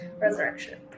Resurrection